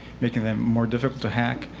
making them more difficult to hack.